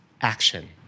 action